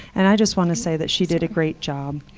and i just want to say that she did a great job.